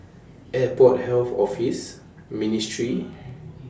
Airport Health Office Ministry